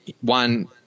one